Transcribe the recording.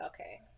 Okay